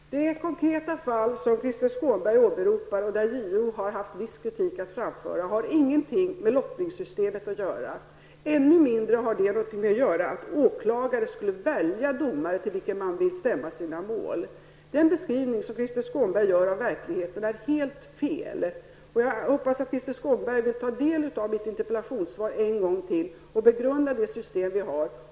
Herr talman! Det konkreta fall som Krister Skånberg åberopar om vilket JO har haft viss kritik att framföra har ingenting med lottningssystemet att göra. Ännu mindre har det någonting att göra med att åklagare skulle välja domare till vilken de vill stämma sina mål. Den beskrivning som Krister Skånberg gör av verkligheten är helt fel. Jag hoppas att Krister Skånberg vill ta del av mitt interpellationssvar en gång till och begrunda det system som vi har.